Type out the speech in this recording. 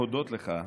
ולהודות לך בשמי,